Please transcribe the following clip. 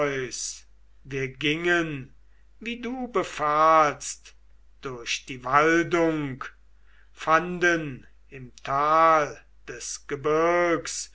wir gingen wie du befahlst durch die waldung fanden im tal des gebirgs